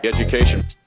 Education